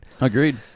agreed